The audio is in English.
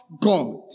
God